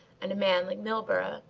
and a man like milburgh,